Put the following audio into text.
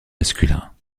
masculins